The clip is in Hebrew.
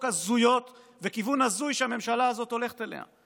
הזויות וכיוון הזוי שהממשלה הזאת הולכת אליו.